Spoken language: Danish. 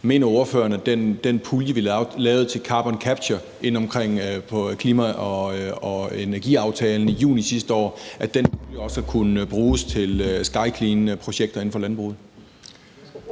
Mener ordføreren, at den pulje, vi lavede til carbon capture på klima- og energiaftalen i juni sidste år, også kunne bruges til SkyCleanprojekter inden for landbruget?